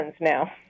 now